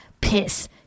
Piss